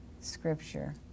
scripture